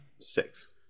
Six